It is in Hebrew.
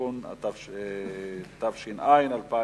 התש"ע 2010,